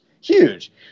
huge